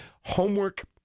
Homework